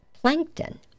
Plankton